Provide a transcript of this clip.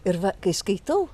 ir va kai skaitau